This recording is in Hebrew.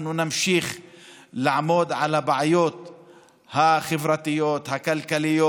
אנחנו נמשיך לעמוד על הבעיות החברתיות, הכלכליות.